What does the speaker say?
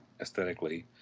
aesthetically